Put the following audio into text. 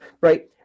Right